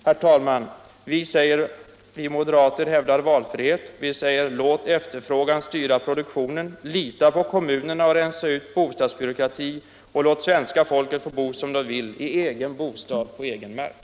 Herr talman! Vi moderater hävdar valfrihet. Vi säger: Låt efterfrågan styra produktionen, lita på kommunerna och rensa ut bostadsbyråkratin och låt svenska folket få bo som de vill i egen bostad och på egen mark.